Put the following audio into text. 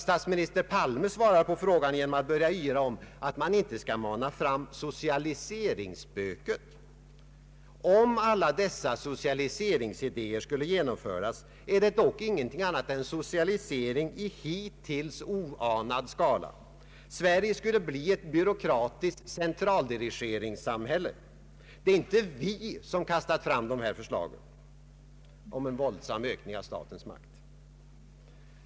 Statsminister Palme svarar på frågan genom att börja yra om att man inte skall mana fram socialiseringsspöket. Skulle alla dessa idéer om förstatligande genomföras, är det dock ingenting annat än socialisering i hittills oanad skala. Sverige skulle bli ett byråkratiskt centraldirigeringssamhälle. Det är inte vi som har kastat fram dessa förslag om en våldsam ökning av statens makt.